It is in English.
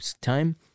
time